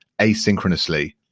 asynchronously